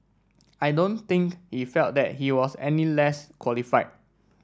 I don't think he felt that he was any less qualified